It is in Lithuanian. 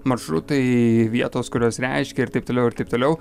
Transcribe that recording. maršrutai vietos kurios reiškia ir taip toliau ir taip toliau